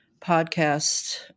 podcast